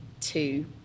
two